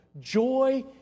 joy